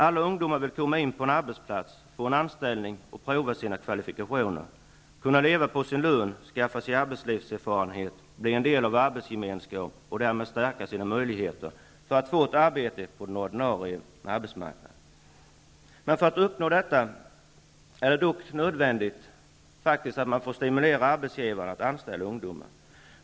Alla ungdomar vill komma in på en arbetsplats, få en anställning och prova sina kvalifikationer, kunna leva på sin lön, skaffa sig arbetslivserfarenhet, bli en del av en arbetsgemenskap och därmed stärka sina möjligheter att få ett arbete på den ordinarie arbetsmarknaden. För att uppnå detta är det dock nödvändigt att stimulera arbetsgivaren att anställa ungdomar.